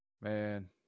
Man